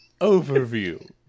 Overview